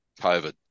COVID